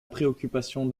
préoccupation